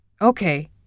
Okay